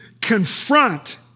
confront